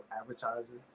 advertising